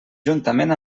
juntament